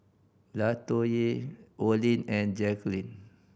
Latoyia Olin and Jacklyn